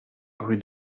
rue